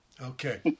Okay